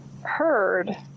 heard